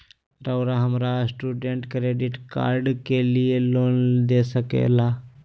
रहुआ हमरा student credit card के लिए लोन दे सके ला?